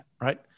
right